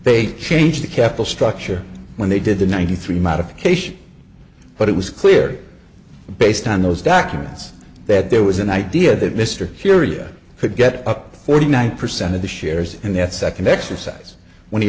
they changed the capital structure when they did the ninety three modification but it was clear based on those documents that there was an idea that mr furia could get up to forty nine percent of the shares and that second exercise when he